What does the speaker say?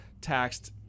taxed